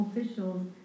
Officials